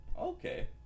Okay